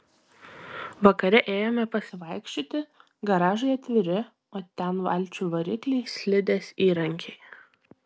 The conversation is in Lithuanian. vakare ėjome pasivaikščioti garažai atviri o ten valčių varikliai slidės įrankiai